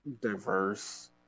diverse